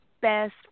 best